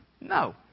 no